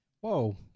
whoa